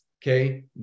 Okay